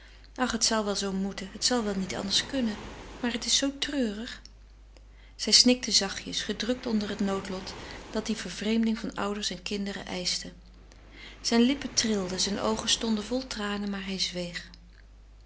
ach het zal wel zoo moeten het zal wel niet anders kunnen maar het is zoo treurig zij snikte zachtjes gedrukt onder het noodlot dat die vervreemding van ouders en kinderen eischte zijn lippen trilden zijne oogen stonden vol tranen maar hij zweeg